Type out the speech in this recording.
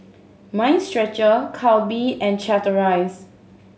Mind Stretcher Calbee and Chateraise